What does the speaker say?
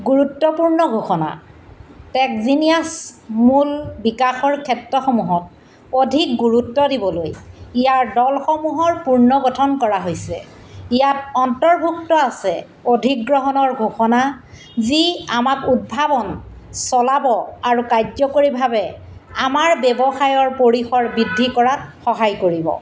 গুৰুত্বপূৰ্ণ ঘোষণা টেকজিনিয়াছ মূল বিকাশৰ ক্ষেত্ৰসমূহত অধিক গুৰুত্ব দিবলৈ ইয়াৰ দলসমূহৰ পূৰ্ণ গঠন কৰা হৈছে ইয়াত অন্তৰ্ভুক্ত আছে অধিগ্ৰহণৰ ঘোষণা যি আমাক উদ্ভাৱন চলাব আৰু কাৰ্যকৰীভাবে আমাৰ ব্য়ৱসায়ৰ পৰিসৰ বৃদ্ধি কৰাত সহায় কৰিব